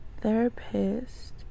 therapist